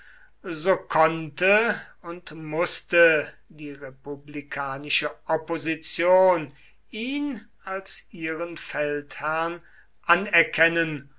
so konnte und mußte die republikanische opposition ihn als ihren feldherrn anerkennen